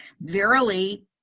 Verily